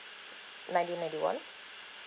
nineteen ninety one